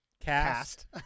cast